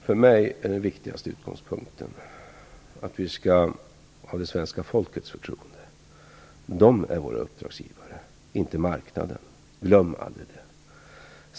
Fru talman! För mig är den viktigaste utgångspunkten att vi har svenska folkets förtroende. Folket är vår uppdragsgivare - inte marknaden. Glöm aldrig det.